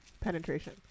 penetration